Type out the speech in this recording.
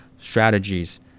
strategies